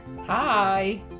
Hi